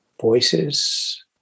voices